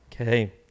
okay